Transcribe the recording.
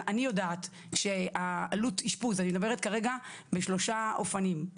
אני יודעת שהעלות אשפוז ואני מדברת כרגע בשלושה אופנים,